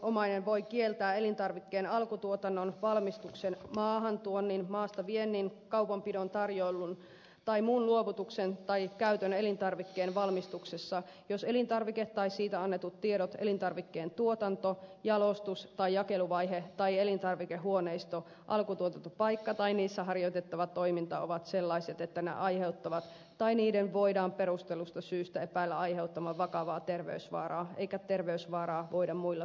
valvontaviranomainen voi kieltää elintarvikkeen alkutuotannon valmistuksen maahantuonnin maastaviennin kaupanpidon tarjoilun tai muun luovutuksen taikka käytön elintarvikkeen valmistuksessa jos elintarvike tai siitä annetut tiedot elintarvikkeen tuotanto jalostus tai jakeluvaihe taikka elintarvikehuoneisto alkutuotantopaikka tai niissä harjoitettava toiminta ovat sellaiset että ne aiheuttavat tai niiden voidaan perustellusta syystä epäillä aiheuttavan vakavaa terveysvaaraa eikä terveysvaaraa voida muilla tavoin estää